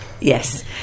yes